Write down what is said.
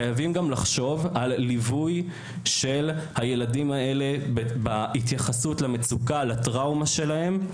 חייבים לחשוב על ליווי של הילדים האלה בהתייחסות למצוקה ולטראומה שלהם.